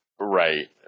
Right